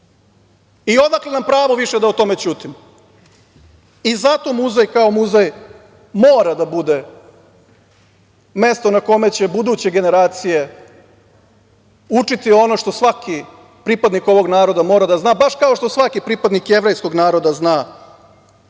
I odakle nam pravo više da o tome ćutimo. Zato muzej kao muzej mora da bude mesto na kome će buduće generacije učiti ono što svaki pripadnik ovog naroda mora da zna, baš kao što svaki pripadnik jevrejskog naroda zna